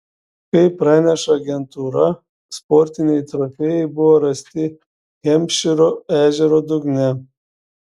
kaip praneša agentūra sportiniai trofėjai buvo rasti hempšyro ežero dugne